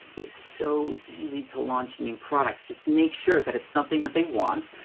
it's so easy to launch new products. just make sure that it's something that they want,